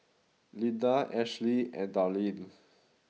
Linda Ashley and Darlyne